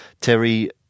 Terry